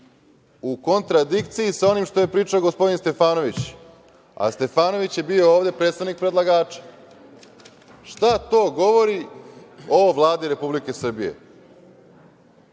u kontradikciji sa onim što je pričao gospodin Stefanović, a Stefanović je bio ovde predstavnik predlagača. Šta to govori ovoj Vladi Republike Srbije?